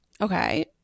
Okay